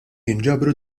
jinġabru